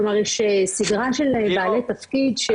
כלומר יש סדרה של בעלי תפקיד,